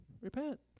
Repent